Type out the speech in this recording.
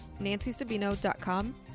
nancysabino.com